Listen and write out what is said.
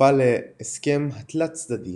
הצטרפה להסכם התלת-צדדי